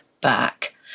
back